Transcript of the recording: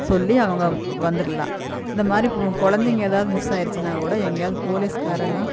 சொல்லி அவங்க வந்துரலாம் இந்தமாதிரி போ குழந்தைங்க ஏதாவது மிஸ் ஆயிடுச்சுனா கூட எங்கேயாவுது போலீஸ்காரங்க